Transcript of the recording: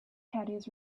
caddies